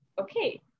okay